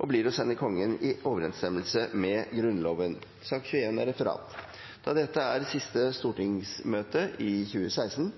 og blir å sende Kongen i samsvar med Grunnloven. Det foreligger ikke referat. Da dette er det siste stortingsmøtet i 2016,